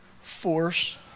force